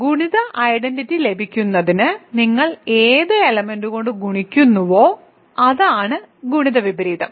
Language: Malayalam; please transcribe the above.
ഗുണിത ഐഡന്റിറ്റി ലഭിക്കുന്നതിന് നിങ്ങൾ ഏത് എലമെന്റ് കൊണ്ട് ഗുണിക്കുന്നുവോ അതാണ് ഗുണിത വിപരീതം